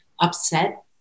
upset